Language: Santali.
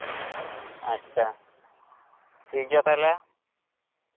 ᱟᱪᱪᱷᱟ ᱴᱷᱤᱠ ᱜᱮᱭᱟ ᱛᱟᱦᱞᱮ